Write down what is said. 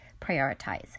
prioritize